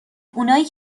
اونایی